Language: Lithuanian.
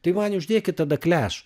tai man uždėkit tada kleš